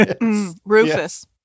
Rufus